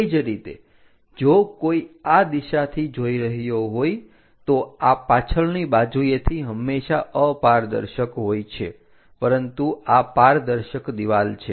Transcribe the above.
તે જ રીતે જો કોઇ આ દિશાથી જોઈ રહ્યો હોય તો આ પાછળની બાજુએથી હંમેશા અપારદર્શક હોય છે પરંતુ આ પારદર્શક દીવાલ છે